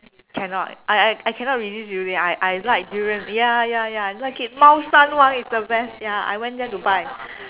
cannot I I cannot resist durian I like durian ya ya ya I like it 猫山王 is the best ya I went there to buy